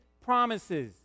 promises